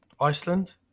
Iceland